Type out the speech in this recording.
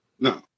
No